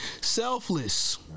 Selfless